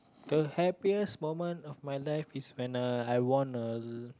the happiest moment of my life is when uh I won uh